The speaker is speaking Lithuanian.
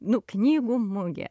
nu knygų mugė